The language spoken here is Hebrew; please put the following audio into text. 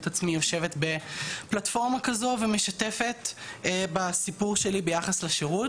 עצמי יושבת בפלטפורמה כזו ומשתפת בסיפור שלי ביחס לשירות.